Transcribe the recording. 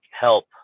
help